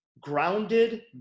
grounded